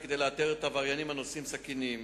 כדי לאתר את העבריינים הנושאים סכינים.